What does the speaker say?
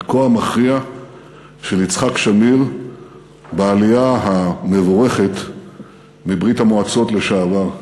חלקו המכריע של יצחק שמיר בעלייה המבורכת מברית-המועצות לשעבר.